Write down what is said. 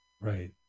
Right